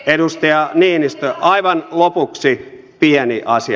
edustaja niinistö aivan lopuksi pieni asia